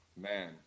man